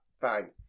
fine